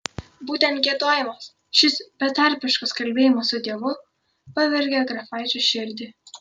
būtent giedojimas šis betarpiškas kalbėjimas su dievu pavergė grafaičio širdį